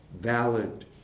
valid